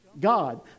God